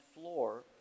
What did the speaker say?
floor